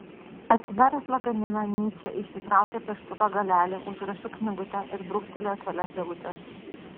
atsidaręs lagaminą nyčė išsitraukė pieštuko galelį užrašų knygutę ir brūkštelėjo kelias eilutes